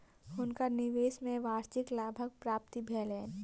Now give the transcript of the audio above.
हुनका निवेश में वार्षिक लाभक प्राप्ति भेलैन